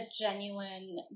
genuine